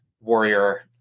warrior